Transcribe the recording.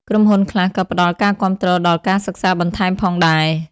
ក្រុមហ៊ុនខ្លះ ក៏ផ្តល់ការគាំទ្រដល់ការសិក្សាបន្ថែមផងដែរ។